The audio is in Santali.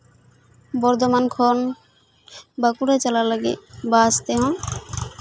ᱵᱚᱨᱫᱷᱚᱢᱟᱱ ᱠᱷᱚᱱ ᱵᱟᱸᱠᱩᱲᱟ ᱪᱟᱞᱟᱜ ᱞᱟᱹᱜᱤᱫ ᱵᱟᱥ ᱛᱮᱦᱚᱸ